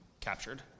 captured